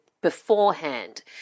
beforehand